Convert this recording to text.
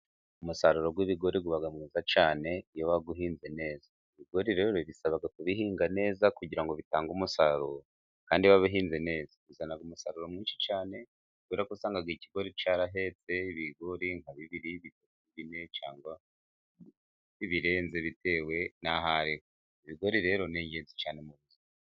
Umusaruro w'ibigori uba mwiza cyane, iyo bawuhinze neza. Ibigore rero bisaba kubihinga neza kugira ngo bitange umusaruro, kandi iyo wabihinze neza bizana umusaruro mwinshi cyane, kubera ko usanga ikigori cyarahetse ibigori nka bibiri, bine, cyangwa ibirenze, bitewe n'aho ari ho. Ibigori rero ni ingenzi cyane mu buzima.